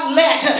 let